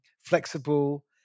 flexible